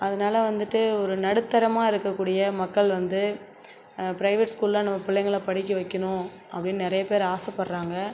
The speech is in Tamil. அதனால் வந்துட்டு ஒரு நடுத்தரமாக இருக்கக்கூடிய மக்கள் வந்து பிரைவேட் ஸ்கூலில் நம்ம பிள்ளைங்கள படிக்க வைக்கணும் அப்படினு நிறைய பேர் ஆசைப்பட்றாங்க